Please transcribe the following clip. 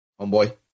homeboy